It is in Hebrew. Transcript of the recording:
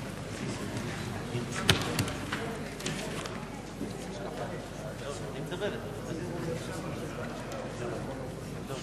ההצעה להעביר את הצעת חוק בתי-המשפט (תיקון,